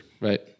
Right